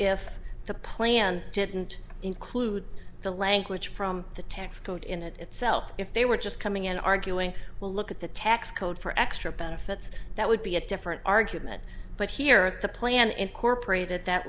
if the plan didn't include the language from the tax code in itself if they were just coming in arguing well look at the tax code for extra benefits that would be a different argument but here the plan incorporated that